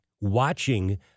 watching